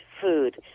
food